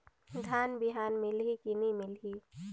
धान बिहान मिलही की नी मिलही?